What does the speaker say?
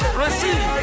receive